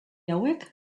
hauek